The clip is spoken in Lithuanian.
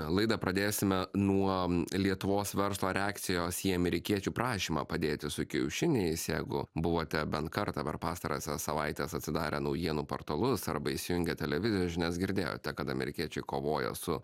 laidą pradėsime nuo lietuvos verslo reakcijos į amerikiečių prašymą padėti su kiaušiniais jeigu buvote bent kartą per pastarąsias savaites atsidarę naujienų portalus arba įsijungę televizijos žinias girdėjote kad amerikiečiai kovoja su